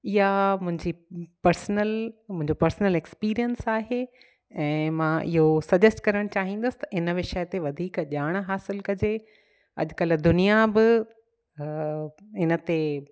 इहा मुंहिंजी पर्सनल मुंहिंजो पर्सनल एक्सपीरिएंस आहे ऐं मां इहो सजेस्ट करणु चाहींदसि त इन विषय ते वधीक ॼाण हासिलु कजे अॼुकल्ह दुनिया बि इन ते